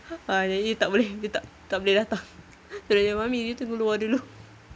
a'ah jadi dia tak boleh dia tak tak boleh datang jadi mummy you tunggu luar dulu